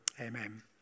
Amen